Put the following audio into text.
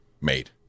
made